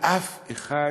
ואף אחד